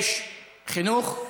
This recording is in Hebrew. חינוך?